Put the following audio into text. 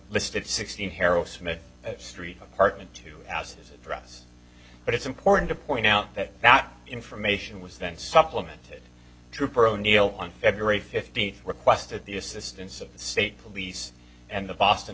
listed sixteen harold smith street apartment two houses address but it's important to point out that that information was then supplemented trooper o'neill on february fifteenth requested the assistance of the state police and the boston